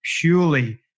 purely